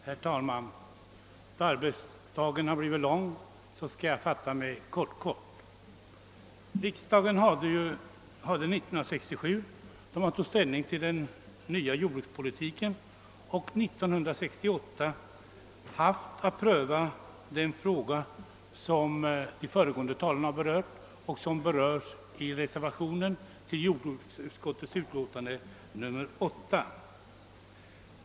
Herr talman! Eftersom arbetsdagen har blivit lång skall jag fatta mig kortkort. Riksdagen har både 1967 då man tog ställning till den nya jordbruks Åtgärder för att åstadkomma bärkraftiga och effektiva familjejordbruk politiken och 1968 haft att pröva den fråga som de föregående talarna har berört och som nu föranlett reservationen till jordbruksutskottets utlåtande nr 8.